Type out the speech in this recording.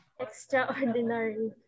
extraordinary